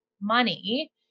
money